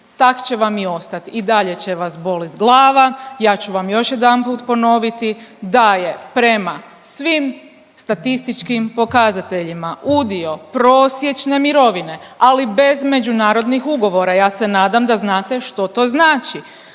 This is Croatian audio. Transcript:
tak će vam i ostati i dalje će vas bolit glava. Ja ću vam još jedanput ponoviti da je prema svim statističkim pokazateljima udio prosječne mirovine, ali bez međunarodnih ugovora ja se nadam da znate što to znači.